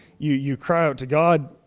you you cry out to god.